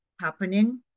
happening